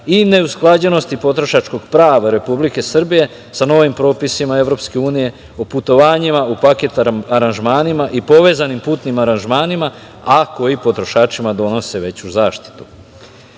i neusklađenosti potrošačkog prava Republike Srbije sa novim propisima Evropske unije o putovanjima, paket aranžmanima i povezanim putnim aranžmanima, a koji potrošačima donose veću zaštitu. Ovaj